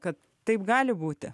kad taip gali būti